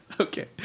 okay